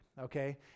okay